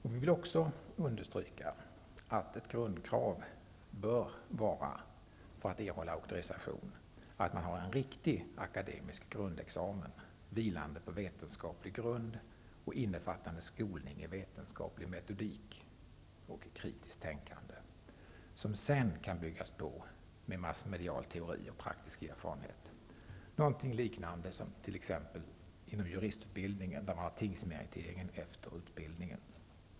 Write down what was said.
Vi vill understryka att ett grundkrav för att erhålla auktorisation bör vara att man har en riktig akademisk examen, som vilar på vetenskaplig grund och innefattar skolning i vetenskaplig metodik och kritiskt tänkande. Den kan sedan byggas på med massmedial teori och praktisk erfarenhet; något i likhet med juristutbildningen, där man har tingsmeriteringen efter utbildningen.